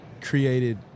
created